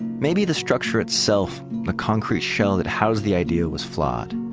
maybe the structure itself, the concrete shell that housed the idea was flawed.